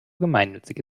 gemeinnützige